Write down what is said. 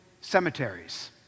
cemeteries